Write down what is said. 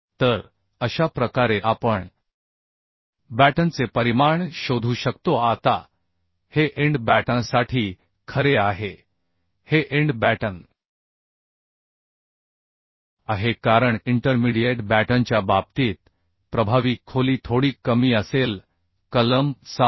तर अशा प्रकारे आपण बॅटनचे परिमाण शोधू शकतो आता हे एंड बॅटनसाठी खरे आहे हे एंड बॅटन आहे कारण इंटरमीडिएट बॅटनच्या बाबतीत प्रभावी खोली थोडी कमी असेल कलम 7